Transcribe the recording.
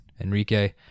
Enrique